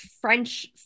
French